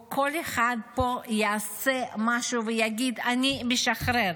כל אחד פה יעשה משהו ויגיד: אני משחרר.